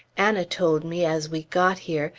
anna told me, as we got here,